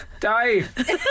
Dave